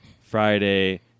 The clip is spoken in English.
Friday